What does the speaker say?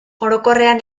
orokorrean